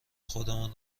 خودمان